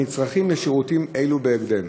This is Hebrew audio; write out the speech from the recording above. הנזקקים לשירותים אלו בהקדם.